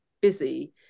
busy